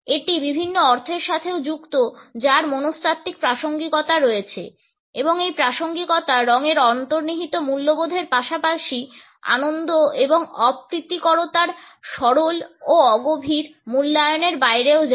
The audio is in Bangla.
এটি বিভিন্ন অর্থের সাথেও যুক্ত যার মনস্তাত্ত্বিক প্রাসঙ্গিকতা রয়েছে এবং এই প্রাসঙ্গিকতা রঙের অন্তর্নিহিত মূল্যবোধের পাশাপাশি আনন্দ এবং অপ্রীতিকরতার সরল ও অগভীর মূল্যায়নের বাইরেও যায়